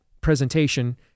presentation